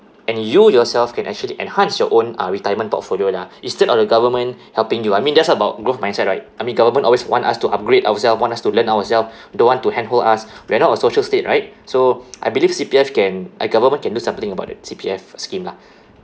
and you yourself can actually enhance your own uh retirement portfolio lah instead of the government helping you I mean that's about growth mindset right I mean government always want us to upgrade ourself want us to learn ourself don't want to handhold us we're not a social state right so I believe C_P_F can like government can do something about the C_P_F scheme lah